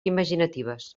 imaginatives